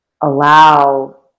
allow